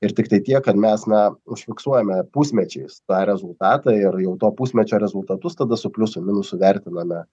ir tiktai tiek kad mes na užfiksuojame pusmečiais tą rezultatą ir jau to pusmečio rezultatus tada su pliusu minusu vertiname